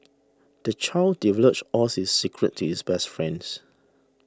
the child divulged all his secrets to his best friends